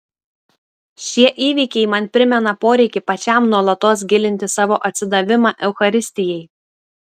šie įvykiai man primena poreikį pačiam nuolatos gilinti savo atsidavimą eucharistijai